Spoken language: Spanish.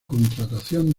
contratación